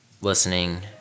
listening